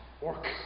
work